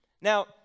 Now